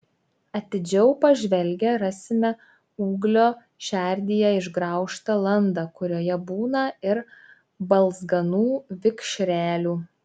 atidžiau pažvelgę rasime ūglio šerdyje išgraužtą landą kurioje būna ir balzganų vikšrelių